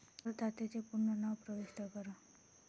करदात्याचे पूर्ण नाव प्रविष्ट करा